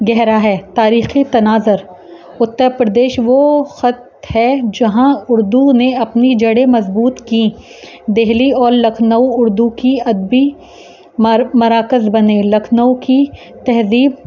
گہرا ہے تاریخی تناظر اتر پردیش وہ خط ہے جہاں اردو نے اپنی جڑیں مضبوط کیں دہلی اور لکھنؤ اردو کی ادبی مراکز بنے لکھنؤ کی تہذیب